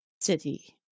city